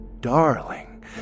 darling